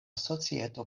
societo